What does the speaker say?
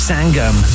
Sangam